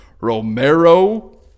Romero